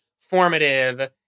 formative